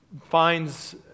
finds